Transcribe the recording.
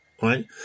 Right